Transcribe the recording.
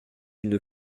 une